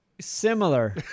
Similar